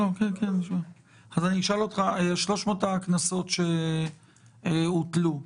אשאל אותך לגבי 300 הקנסות שהוטלו,